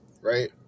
right